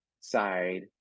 side